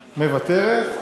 מוותרת,